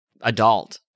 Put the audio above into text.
adult